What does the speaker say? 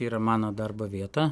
yra mano darbo vieta